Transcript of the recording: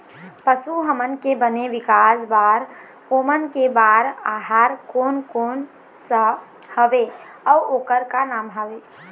पशु हमन के बने विकास बार ओमन के बार आहार कोन कौन सा हवे अऊ ओकर का नाम हवे?